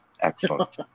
Excellent